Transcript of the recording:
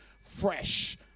fresh